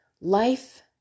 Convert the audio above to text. life